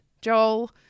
Joel